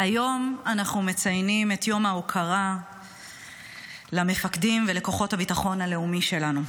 היום אנחנו מציינים את יום ההוקרה למפקדים ולכוחות הביטחון הלאומי שלנו.